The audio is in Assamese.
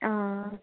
অ